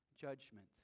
judgment